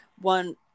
one